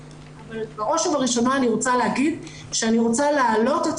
בראש ובראשונה אני רוצה להגיד שאני רוצה להעלות את